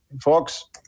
folks